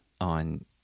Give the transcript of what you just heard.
on